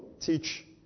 teach